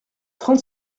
trente